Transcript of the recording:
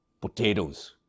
potatoes